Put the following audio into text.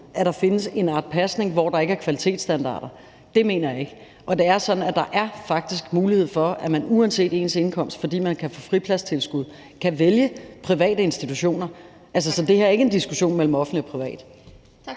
at der findes en art pasning, hvor der ikke er kvalitetsstandarder, vil jeg sige, at det mener jeg ikke. Og det er sådan, at der faktisk er mulighed for, at man uanset ens indkomst, fordi man kan få fripladstilskud, kan vælge private institutioner, så det her er ikke en diskussion mellem offentlig og privat.